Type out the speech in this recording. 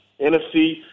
NFC